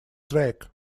track